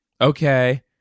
Okay